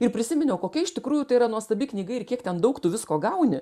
ir prisiminiau kokia iš tikrųjų tai yra nuostabi knyga ir kiek ten daug tu visko gauni